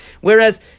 Whereas